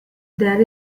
there